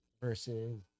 versus